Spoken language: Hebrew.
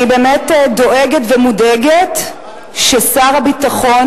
אני באמת דואגת ומודאגת ששר הביטחון,